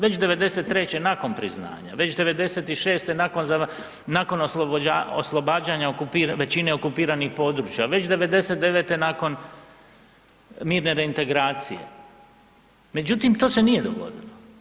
Već '93. nakon priznanja, već '96. nakon oslobađanja većine okupiranih područja, već '99. nakon mirne reintegracije, međutim to se nije dogodilo.